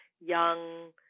young